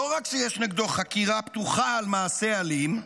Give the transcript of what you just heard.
לא רק שיש נגדו חקירה פתוחה על מעשה אלים,